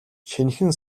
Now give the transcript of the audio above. шинэхэн